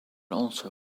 also